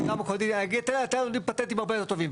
אתה נותן פטנטים הרבה יותר טובים,